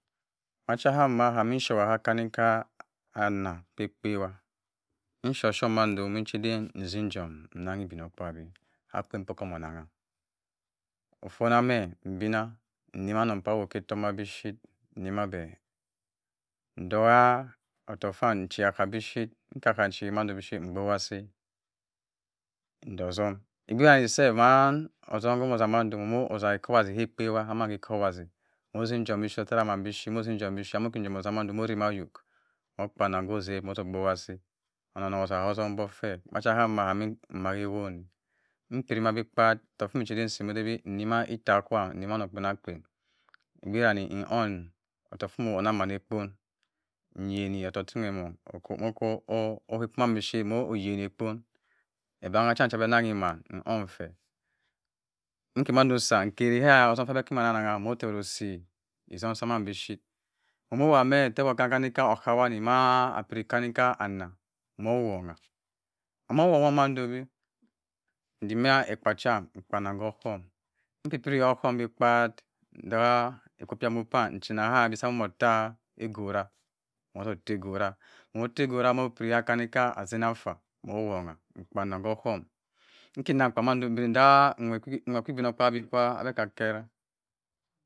Mma cha ham mah shewa hakani nka anung peh ekpewa nshop shop mandoni ndeden nsinjom enangho obinokpabi akpen puh kuh omoh onangha ofunamen ebina nyiwa anung pah awok keh efoma bi shep nyimabeh ntoh otokk fam ncha bi shit nka kancha abeh ntoh otokk fam nchi akah bi shit nkaka nchi ma bi shit mgbowa asi nto otom ogbewona self mah otom ewu muh asa ekowase keh ekpewa amah keh ekpowase musin njom bo ship ama njom nsi beh ship moh otima ayok okpeneng otoh gbawabi onen onen otoh otombok feh fah cha ham mah abi may hewon odi ma bi kpat otok fimin chi odebi nyima etah kwam nyima oneng kpenang kpen ugberanim mm-on otok fuh muh anam meney ekpon nyini otok timu ogbe kuma mmi shrine moh oyen ekpong ebangha che che muh nne on feh nkimandu usa mma tomfoh kimma anauya boro osi esom sa manbi ship omuh wamme otobok apiri kanikah anah muh owungha omo wowo mah ndo bhe etimeh ekpa cham mkpanem okum mkipiri koh ohom kpat ntagha apiaku pam nchina hah motah egura mute egora wo etigora moh opiri hakanike asina nfa muh owungha onen kuh ohom nki nang kpan nabiri nta nwer obinoppa bi kwo abeh hakera